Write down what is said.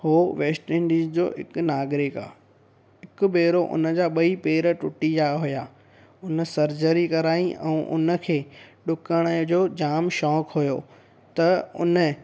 उहो वैस्टंडीज़ जो हिकु नागरिक आहे हिकु भेरो उनजा ॿई पेर टुटी विया हुआ हुन सर्जरी कराई ऐं उन खे डुकण जो जाम शौंक़ु हुओ त उन